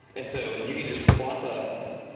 and so you can just plop a